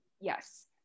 yes